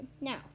Now